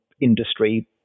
industry